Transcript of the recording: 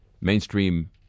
mainstream